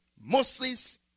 Moses